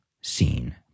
seen